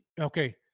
okay